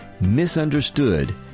MISUNDERSTOOD